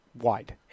wide